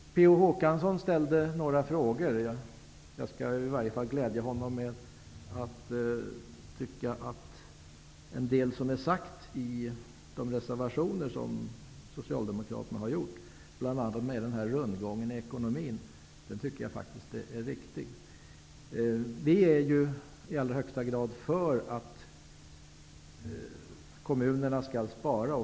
Per Olof Håkansson ställde några frågor. Jag kan glädja honom med att tycka att en del av det som sagts i de reservationer som Socialdemokraterna har gjort, bl.a. när det gäller rundgången i ekonomin, faktiskt är riktigt. Vi är ju i allra högsta grad för att kommunerna skall spara.